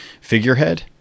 figurehead